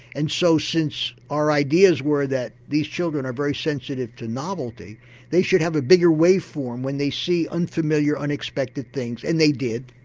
and so since our ideas were that these children are very sensitive to novelty they should have a bigger wave form when they see unfamiliar unexpected things things and they did.